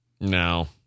No